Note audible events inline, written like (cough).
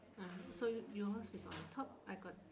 (breath) so yours is on the top I got